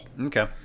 Okay